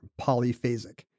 polyphasic